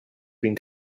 been